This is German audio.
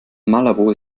malabo